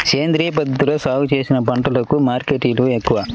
సేంద్రియ పద్ధతిలో సాగు చేసిన పంటలకు మార్కెట్ విలువ ఎక్కువ